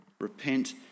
Repent